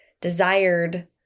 desired